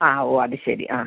ആ ഓ അത് ശരി ആ